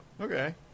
Okay